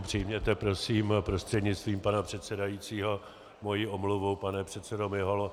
Přijměte prosím prostřednictvím pana předsedajícího moji omluvu, pane předsedo Miholo.